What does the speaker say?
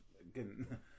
again